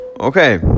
Okay